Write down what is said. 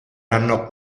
hanno